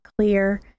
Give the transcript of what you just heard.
clear